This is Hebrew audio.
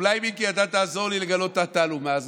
אולי, מיקי, אתה תעזור לי לגלות את התעלומה הזאת?